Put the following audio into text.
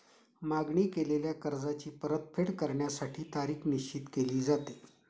मागणी केलेल्या कर्जाची परतफेड करण्यासाठी तारीख निश्चित केली जाते